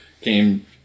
came